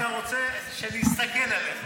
לא, אתה רוצה שאני אסתכל עליך.